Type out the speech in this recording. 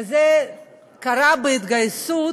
וזה קרה בהתגייסות